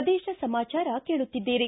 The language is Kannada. ಪ್ರದೇಶ ಸಮಾಚಾರ ಕೇಳುತ್ತಿದ್ದೀರಿ